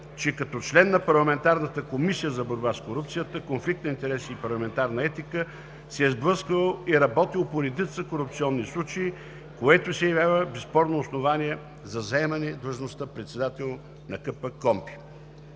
че като член на парламентарната Комисия за борба с корупцията, конфликт на интереси и парламентарна етика се е сблъскал и работил по редица корупционни случаи, което се явява безспорно основание за заемане на длъжността председател на КПКОНПИ.